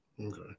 Okay